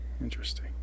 Interesting